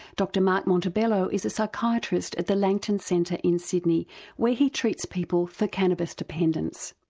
dr mark montebello is a psychiatrist at the langton centre in sydney where he treats people for cannabis dependence.